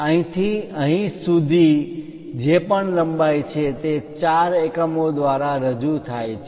અહીંથી અહીં સુધી જે પણ લંબાઈ છે તે 4 એકમો દ્વારા રજૂ થાય છે